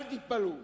אל תתפלאו